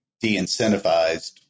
de-incentivized